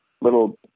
little